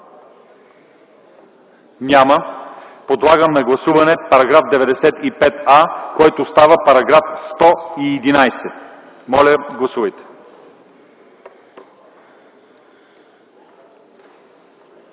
Няма. Подлагам на гласуване § 95а, който става § 111. Моля, гласувайте.